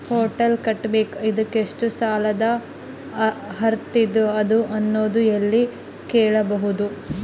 Hotel ಕಟ್ಟಬೇಕು ಇದಕ್ಕ ಎಷ್ಟ ಸಾಲಾದ ಅರ್ಹತಿ ಅದ ಅನ್ನೋದು ಎಲ್ಲಿ ಕೇಳಬಹುದು?